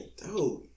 dope